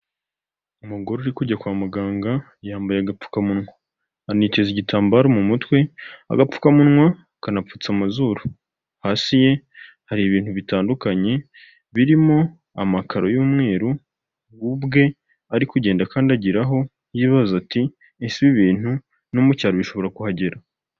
Umugore uri kujya kwa muganga yambaye agapfukamunwa, aniteze igitambaro mu mutwe, agapfukamunwa, agakapfukamunwa kanapfutse amazuru, hasi ye hari ibintu bitandukanye birimo amakaro y'umweruru, we ubwe ari kugenda kandagiraho yibaza ati '' ese ibi bintu no mu cyaro bishobora kuhagera''.